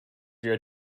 your